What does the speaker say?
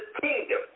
kingdom